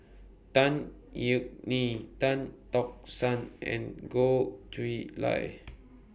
Tan Yeok Nee Tan Tock San and Goh Chiew Lye